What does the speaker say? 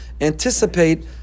anticipate